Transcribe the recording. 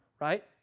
right